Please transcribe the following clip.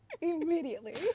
Immediately